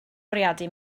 bwriadu